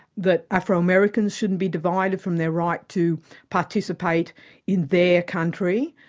that afro-americans shouldn't be divided from their right to participate in their country.